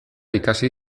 ikasi